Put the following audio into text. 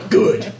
good